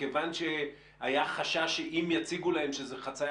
מכיוון שהיה חשש שאם יציגו להם שזאת חציה